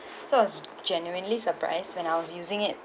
so I was genuinely surprised when I was using it